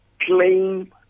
claim